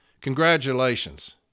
congratulations